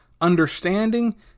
understanding